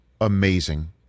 amazing